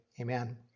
Amen